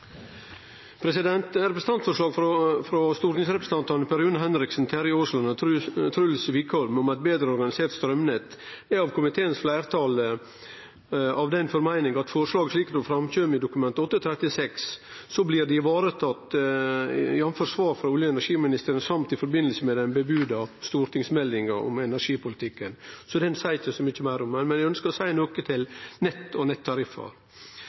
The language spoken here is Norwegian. Terje Aasland og Truls Wickholm om eit betre organisert strømnett, er komiteens fleirtal av den meininga at forslaget, slik det framkjem i Dokument 8:36, blir varetatt, jf. svar frå olje- og energiministeren, òg i forbindelse med den varsla stortingsmeldinga om energipolitikken – så det seier eg ikkje så mykje meir om. Men eg ønskjer å seie noko om nett og